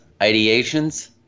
ideations